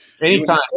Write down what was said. anytime